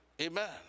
Amen